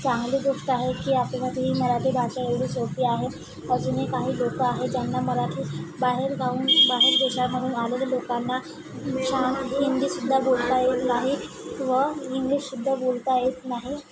चांगली गोष्ट आहे की आपल्यातही मराठी भाषा एवढी सोपी आहे अजूनही काही लोक आहेत ज्यांना मराठी बाहेर जाऊन बाहेर देशांमधून आलेल्या लोकांना हिंदीसुद्धा बोलता येत नाही व इंग्लिशसुद्धा बोलता येत नाही